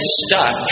stuck